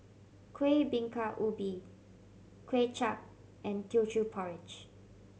Kuih Bingka Ubi Kuay Chap and Teochew Porridge